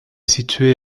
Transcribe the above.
situé